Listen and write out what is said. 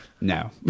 No